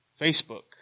Facebook